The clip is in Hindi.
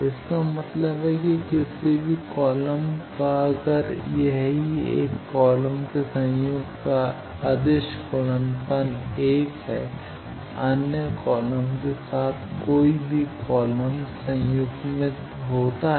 इसका मतलब है किसी भी कॉलम का अगर यह एक ही कॉलम के संयुग्म के साथ अदिश गुडनफल 1 है अन्य कॉलम के साथ कोई भी कॉलम संयुग्मित होता है